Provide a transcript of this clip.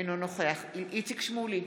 אינו נוכח איציק שמולי,